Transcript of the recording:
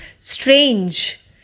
strange